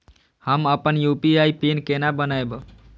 हम अपन UPI PIN केना बनैब?